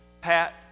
Pat